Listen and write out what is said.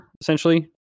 essentially